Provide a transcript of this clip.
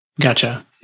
Gotcha